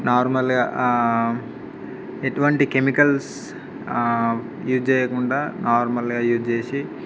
నార్మల్గా ఎటువంటి chemicals use చేయకుండా నార్మల్గా యూజ్ చేసి